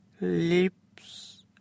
lips